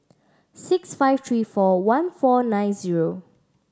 six five three four one four nine zero